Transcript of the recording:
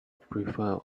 prefer